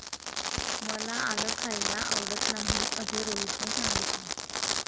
मला आलं खायला आवडत नाही असे रोहितने सांगितले